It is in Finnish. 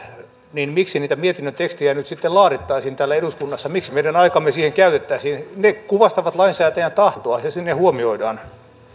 niin miksi niitä mietinnön tekstejä nyt sitten laadittaisiin täällä eduskunnassa miksi meidän aikaamme siihen käytettäisiin ne kuvastavat lainsäätäjän tahtoa ja se sinne huomioidaan